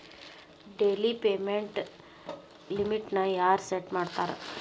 daily payment ಲಿಮಿಟ್ನ ಯಾರ್ set ಮಾಡ್ತಾರಾ